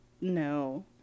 No